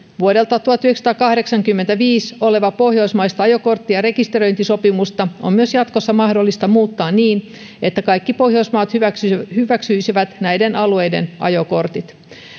vuodelta tuhatyhdeksänsataakahdeksankymmentäviisi olevaa pohjoismaista ajokortti ja rekisteröintisopimusta on mahdollista muuttaa niin että kaikki pohjoismaat hyväksyisivät hyväksyisivät näiden alueiden ajokortit